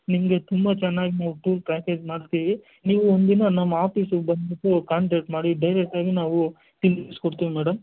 ನಿಮಗೆ ತುಂಬ ಚೆನ್ನಾಗಿ ನಾವು ಟೂರ್ ಪ್ಯಾಕೇಜ್ ಮಾಡ್ತೀವಿ ನೀವು ಒಂದು ದಿನ ನಮ್ಮ ಆಫೀಸಿಗೆ ಬಂದುಬಿಟ್ಟು ಕಾಂಟ್ಯಾಕ್ಟ್ ಮಾಡಿ ಡೈರೆಕ್ಟಾಗಿ ನಾವು ತಿಳ್ಸ್ಕೊಡ್ತೀವಿ ಮೇಡಮ್